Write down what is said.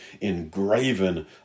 engraven